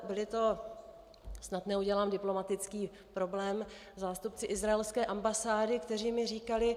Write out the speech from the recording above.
Byli to snad neudělám diplomatický problém zástupci izraelské ambasády, kteří mi říkali: